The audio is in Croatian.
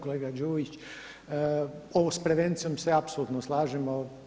Kolega Đumić, ovo s prevencijom se apsolutno slažemo.